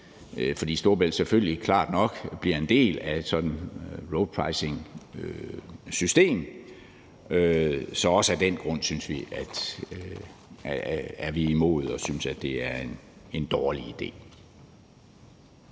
fordi Storebælt selvfølgelig klart nok bliver en del af et sådant roadpricingsystem. Så også af den grund er vi imod og synes, det er en dårlig idé.